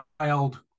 child